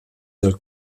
dal